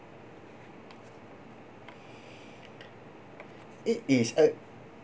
it is uh